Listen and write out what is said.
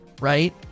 right